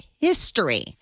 history